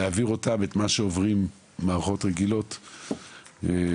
להעביר אותם את מה שעוברים במערכות הרגילות בישראל,